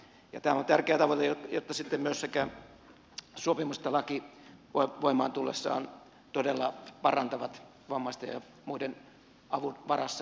tämä on tärkeä tavoite jotta sekä sopimus että laki voimaan tullessaan todella parantavat vammaisten ja muiden avun varassa elävien asemaa